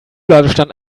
ladestand